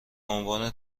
عنوان